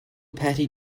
pattie